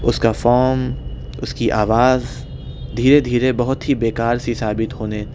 اس کا فام اس کی آواز دھیرے دھیرے بہت ہی بیکار سی ثابت ہونے